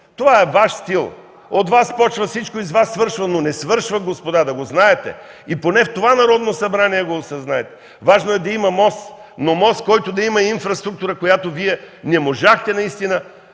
Това е във Ваш стил. От Вас почва всичко и с Вас свършва, но не свършва, господа! Да го знаете! И поне в това Народно събрание го осъзнайте! Важно е да има мост, но мост, който да има инфраструктура, която Вие не можахте да